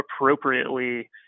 appropriately